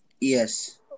yes